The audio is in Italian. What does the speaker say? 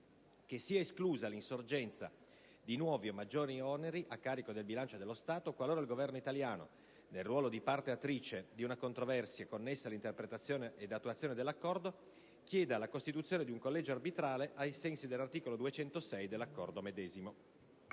che sia esclusa l'insorgenza di nuovi o maggiori oneri a carico del bilancio dello Staio, qualora il Governo italiano - nel ruolo di parte attrice di una controversia connessa all'interpretazione ed attuazione dell'Accordo - chieda la costituzione di un collegio arbitrale, ai sensi dell'articolo 206 dell'Accordo medesimo».